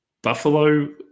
Buffalo